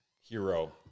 hero